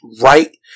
right